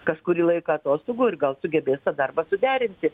kažkurį laiką atostogų ir gal sugebės tą darbą suderinti